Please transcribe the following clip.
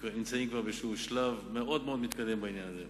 נמצאים כבר בשלב מאוד מאוד מתקדם בעניין הזה.